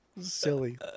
Silly